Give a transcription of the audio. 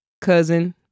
cousin